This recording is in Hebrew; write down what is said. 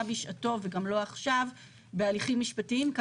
בשעתו וגם לא עכשיו בהליכים משפטיים.